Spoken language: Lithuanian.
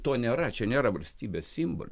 to nėra čia nėra valstybės simbolių